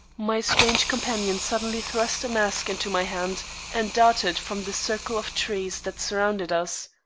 my strange companion suddenly thrust a mask into my hand and darted from the circle of trees that surrounded us.